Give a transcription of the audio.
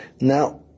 Now